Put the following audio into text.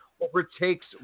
overtakes